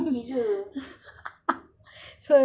so if you want to maki just maki jer lah kan